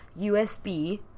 USB